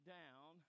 down